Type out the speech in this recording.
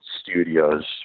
studios